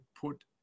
put